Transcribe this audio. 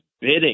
bidding